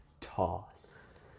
Toss